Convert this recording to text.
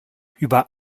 über